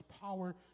power